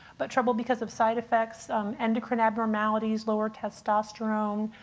but trouble because of side effects endocrine abnormalities, lower testosterone,